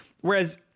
Whereas